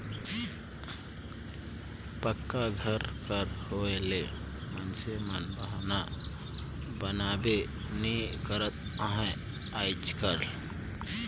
पक्का घर कर होए ले मइनसे मन बहना बनाबे नी करत अहे आएज काएल